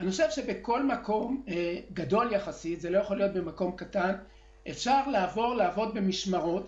אני חושב שבכל מקום גדול יחסית אפשר לעבור לעבוד במשמרות.